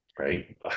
right